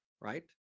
right